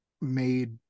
made